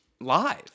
live